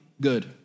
good